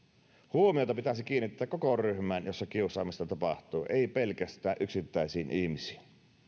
huomiota pitäisi kiinnittää koko ryhmään jossa kiusaamista tapahtuu ei pelkästään yksittäisiin ihmisiin